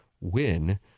win